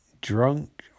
drunk